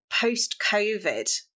post-COVID